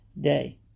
day